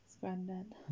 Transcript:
granddad